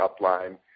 upline